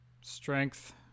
strength